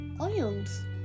oils